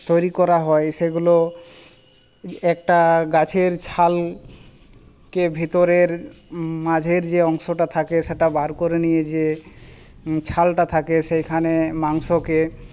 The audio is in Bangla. তৈরি করা হয় সেগুলো একটা গাছের ছালকে ভেতরের মাঝের যে অংশটা থাকে সেটা বার করে নিয়ে যে ছালটা থাকে সেইখানে মাংসকে